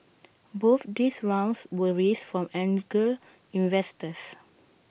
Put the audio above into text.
both these rounds were raised from angel investors